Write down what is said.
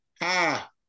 ha